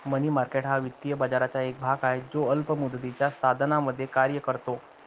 मनी market हा वित्तीय बाजाराचा एक भाग आहे जो अल्प मुदतीच्या साधनांमध्ये कार्य करतो